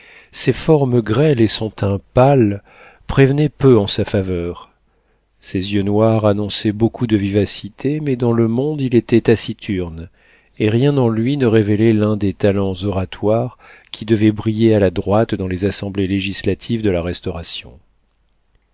ses formes grêles et son teint pâle prévenaient peu en sa faveur ses yeux noirs annonçaient beaucoup de vivacité mais dans le monde il était taciturne et rien en lui ne révélait l'un des talents oratoires qui devaient briller à la droite dans les assemblées législatives de la restauration